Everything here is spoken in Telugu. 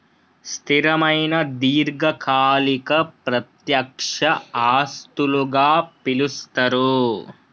స్థిరమైన దీర్ఘకాలిక ప్రత్యక్ష ఆస్తులుగా పిలుస్తరు